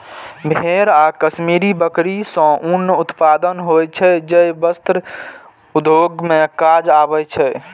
भेड़ आ कश्मीरी बकरी सं ऊनक उत्पादन होइ छै, जे वस्त्र उद्योग मे काज आबै छै